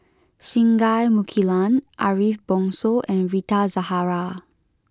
Singai Mukilan Ariff Bongso and Rita Zahara